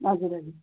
हजुर हजुर